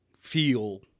feel